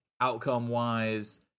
outcome-wise